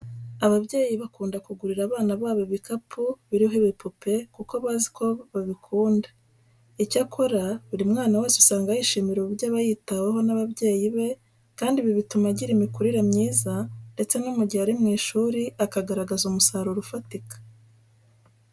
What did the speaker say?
Ababyeyi bakunda kugurira abana babo ibikapu biriho ibipupe kuko baba bazi ko babikunda. Icyakora buri mwana wese usanga yishimira uburyo aba yitaweho n'ababyeyi be kandi ibi bituma agira imikurire myiza ndetse no mu gihe ari mu ishuri akagaragaza umusaruro ufatika.